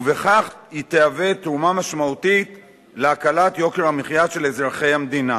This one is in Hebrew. ובכך היא תהווה תרומה משמעותית להקלת יוקר המחיה של אזרחי המדינה.